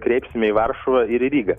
kreipsime į varšuvą ir į rygą